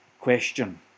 question